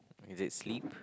is it sleep